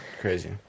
crazy